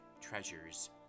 treasures